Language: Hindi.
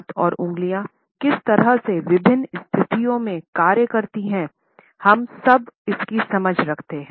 हाथ और उंगलियों किस तरह से विभिन्न स्थितियों में कार्य करती हैंहम सब इसकी समझ रखते हैं